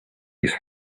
his